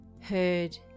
heard